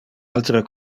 altere